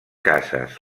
cases